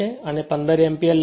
અને 15 એમ્પીયર લે છે